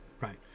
right